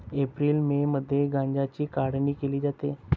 April May मध्ये गांजाची काढणी केली जाते